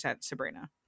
Sabrina